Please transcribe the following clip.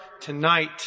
tonight